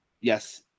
Yes